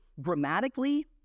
grammatically